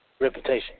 Reputation